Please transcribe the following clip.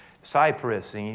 Cyprus